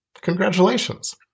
Congratulations